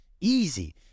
easy